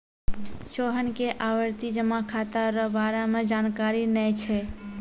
सोहन के आवर्ती जमा खाता रो बारे मे जानकारी नै छै